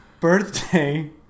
Birthday